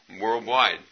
worldwide